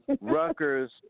Rutgers